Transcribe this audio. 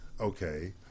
okay